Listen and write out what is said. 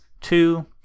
two